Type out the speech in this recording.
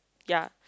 ya